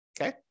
Okay